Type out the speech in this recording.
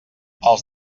els